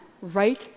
right